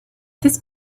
this